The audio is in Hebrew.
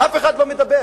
אף אחד לא מדבר.